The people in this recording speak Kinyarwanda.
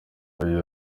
yagize